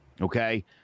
okay